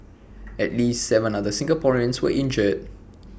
at least Seven other Singaporeans were injured